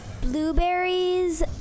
blueberries